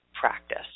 practice